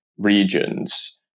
regions